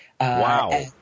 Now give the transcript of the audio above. Wow